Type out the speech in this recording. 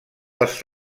dels